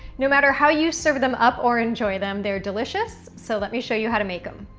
no matter how you serve them up or enjoy them, they're delicious. so let me show you how to make em.